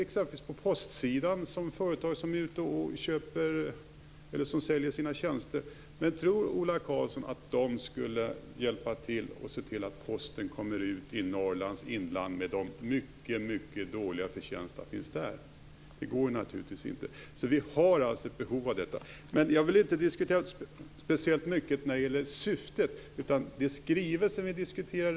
Exempelvis på postsidan finns det företag som säljer sina tjänster. Tror Ola Karlsson att dessa företag skulle hjälpa till att se till att posten kommer ut i Norrlands inland med de mycket, mycket dåliga förtjänster som finns där. Det gör de naturligtvis inte. Vi har alltså ett behov av dessa företag. Jag vill inte diskutera syftet speciellt mycket, utan det är skrivelsen respektive företag som vi diskuterar.